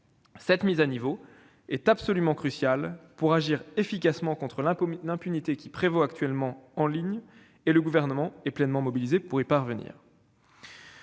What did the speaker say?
Cette mise à niveau est absolument cruciale pour agir efficacement contre l'impunité qui prévaut actuellement en ligne ; le Gouvernement est pleinement mobilisé pour y parvenir.